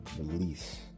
Release